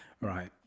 Right